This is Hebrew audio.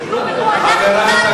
כי אתם בונים לרוחב, תבנו לגובה.